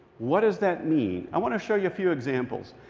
what does that mean? i want to show you a few examples.